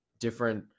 different